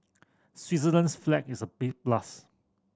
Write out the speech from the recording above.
Switzerland's flag is a big plus